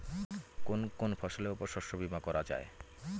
কোন কোন ফসলের উপর শস্য বীমা করা যায়?